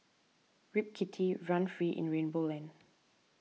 rip kitty run free in rainbow land